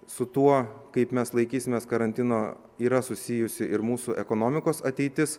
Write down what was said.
su tuo kaip mes laikysimės karantino yra susijusi ir mūsų ekonomikos ateitis